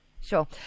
Sure